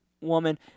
woman